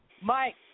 Mike